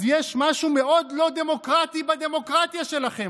אז יש משהו מאוד לא דמוקרטי בדמוקרטיה שלכם,